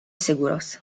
seguros